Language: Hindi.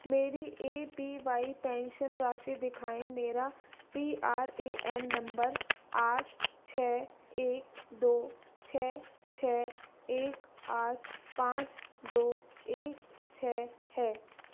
मेरी ए पी वाई पेंशन राशि दिखाएँ मेरा P R A N number आठ छः एक दो छः छः एक आठ पाँच दो एक छः है